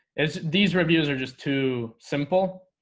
it's these reviews are just too simple